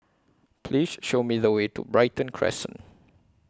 Please Show Me The Way to Brighton Crescent